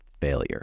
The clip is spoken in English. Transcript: failure